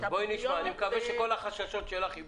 אני מקווה שכל החששות שלך יתבדו.